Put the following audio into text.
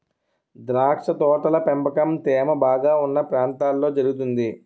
ద్రాక్ష తోటల పెంపకం తేమ బాగా ఉన్న ప్రాంతాల్లో జరుగుతుంది